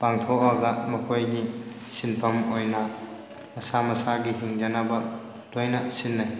ꯄꯥꯡꯊꯣꯛꯑꯒ ꯃꯈꯣꯏꯒꯤ ꯁꯤꯟꯐꯝ ꯑꯣꯏꯅ ꯃꯁꯥ ꯃꯁꯥꯒꯤ ꯍꯤꯡꯅꯅꯕ ꯂꯣꯏꯅ ꯁꯤꯜꯂꯦ